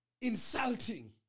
insulting